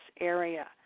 area